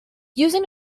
using